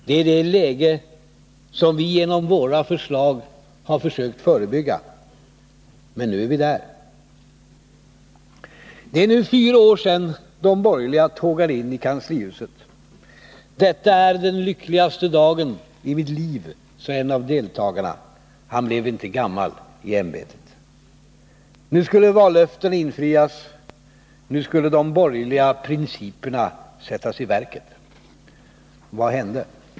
Det är det läge som vi genom våra förslag har försökt förebygga. Men nu är vi där. Det är nu fyra år sedan de borgerliga tågade in i kanslihuset. Detta är den lyckligaste dagen i mitt liv, sade en av deltagarna. Han blev inte gammal i ämbetet. Nu skulle vallöftena infrias, nu skulle de borgerliga principerna sättas i verket.